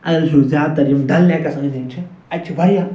اَگر أسۍ وچھُو زیادٕ تَر یِم ڈَل لیکَس أنٛدۍ أنٛدۍ چھِ اَتہِ چھِ واریاہ